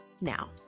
Now